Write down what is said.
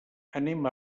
anem